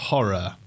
Horror